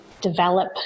develop